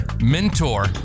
mentor